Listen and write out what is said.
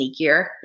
sneakier